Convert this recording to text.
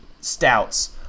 stouts